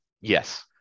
Yes